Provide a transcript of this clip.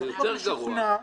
זה יותר גרוע.